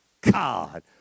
God